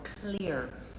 clear